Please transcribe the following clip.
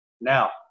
Now